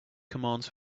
commands